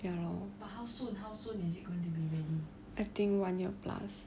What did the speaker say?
ya lor I think one year plus